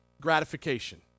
gratification